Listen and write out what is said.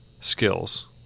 skills